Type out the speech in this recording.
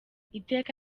iteka